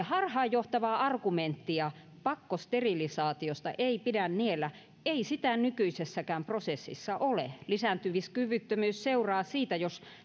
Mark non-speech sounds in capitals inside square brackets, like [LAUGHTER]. [UNINTELLIGIBLE] harhaanjohtavaa argumenttia pakkosterilisaatiosta ei pidä niellä ei sitä nykyisessäkään prosessissa ole lisääntymiskyvyttömyys seuraa siitä jos